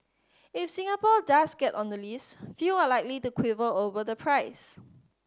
if Singapore does get on the list few are likely to quibble over the price